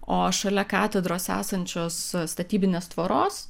o šalia katedros esančios statybinės tvoros